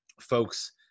folks